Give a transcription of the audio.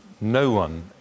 no-one